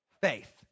faith